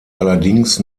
allerdings